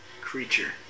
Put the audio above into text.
creature